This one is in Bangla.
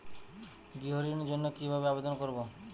গৃহ ঋণ জন্য কি ভাবে আবেদন করব?